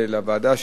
ולוועדה,